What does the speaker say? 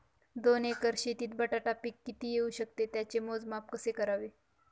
दोन एकर शेतीत बटाटा पीक किती येवू शकते? त्याचे मोजमाप कसे करावे?